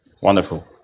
Wonderful